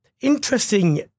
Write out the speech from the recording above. interesting